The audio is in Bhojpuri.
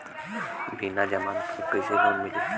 बिना जमानत क कइसे लोन मिली?